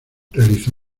realizó